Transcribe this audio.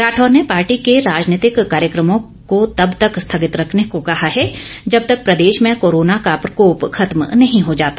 राठौर ने पार्टी के राजनीतिक कार्यक्रमों को तब तक स्थगित रखने को कहा है जब तक प्रदेश में कोरोना का प्रकोप खत्म नहीं हो जाता